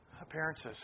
appearances